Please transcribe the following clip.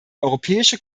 europäische